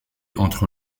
entre